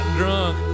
drunk